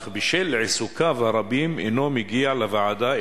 אך בשל עיסוקיו הרבים אינו מגיע לוועדה,